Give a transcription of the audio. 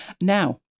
Now